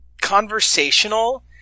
conversational